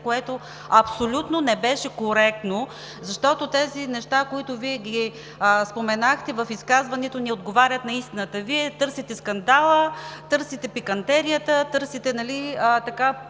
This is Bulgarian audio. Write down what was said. което абсолютно не беше коректно, защото нещата, които Вие споменахте в изказването, не отговарят на истината. Вие търсите скандала, търсите пикантерията, търсите политически